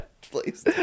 Please